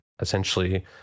essentially